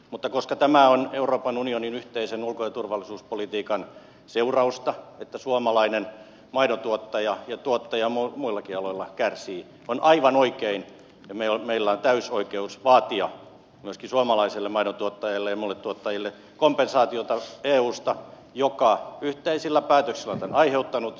mutta koska tämä on euroopan unionin yhteisen ulko ja turvallisuuspolitiikan seurausta että suomalainen maidontuottaja ja tuottajat muillakin aloilla kärsivät on aivan oikein ja meillä on täysi oikeus vaatia myöskin suomalaiselle maidontuottajalle ja muille tuottajille kompensaatiota eusta joka yhteisillä päätöksillä tämän on aiheuttanut